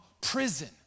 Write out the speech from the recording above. prison